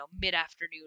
mid-afternoon